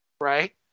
right